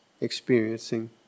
experiencing